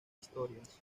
historias